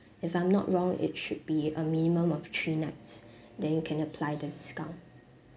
if I'm not wrong it should be a minimum of three nights then you can apply the discount